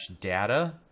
data